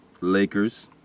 Lakers